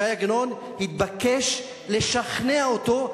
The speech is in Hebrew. ש"י עגנון התבקש לשכנע אותו,